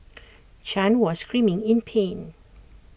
chan was screaming in pain